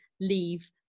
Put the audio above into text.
leave